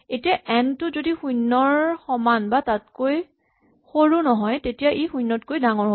এতিয়া এন টো যদি শূণ্যৰ সমান বা তাতকৈ সৰু নহয় তেতিয়া ই শূণ্যতকৈ ডাঙৰ হ'ব